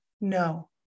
no